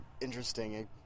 interesting